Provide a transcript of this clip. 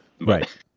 Right